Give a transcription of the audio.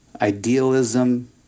idealism